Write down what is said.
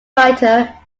writer